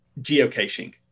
geocaching